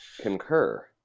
Concur